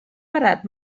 parat